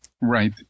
Right